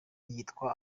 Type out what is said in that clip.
yitwa